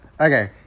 Okay